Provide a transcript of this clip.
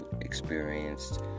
experienced